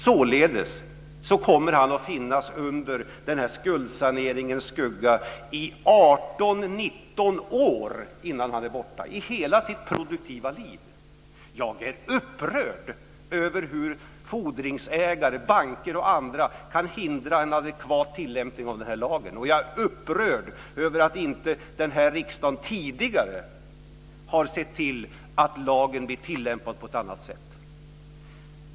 Således kommer han att finnas under skuldsaneringens skugga i 18-19 år innan han är borta, i hela sitt produktiva liv! Jag är upprörd över hur fordringsägare, banker och andra kan hindra en adekvat tillämpning av lagen. Jag är upprörd över att inte den här riksdagen tidigare har sett till att lagen blir tillämpad på ett annat sätt.